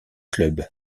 club